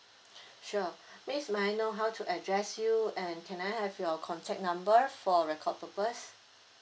sure miss may I know how to address you and can I have your contact number for record purpose